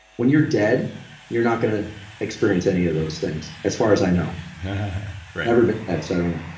when you're dead you're not going to experience any of those things, as far as i know right never been dead, so i don't know.